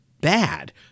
bad